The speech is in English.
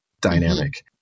dynamic